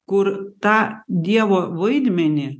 kur tą dievo vaidmenį